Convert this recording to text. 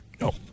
No